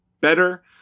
better